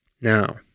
Now